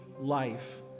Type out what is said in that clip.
life